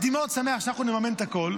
הייתי מאוד שמח שאנחנו נממן את הכול.